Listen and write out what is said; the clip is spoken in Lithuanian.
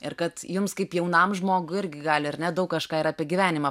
ir kad jums kaip jaunam žmogui irgi gali ar ne daug kažką ir apie gyvenimą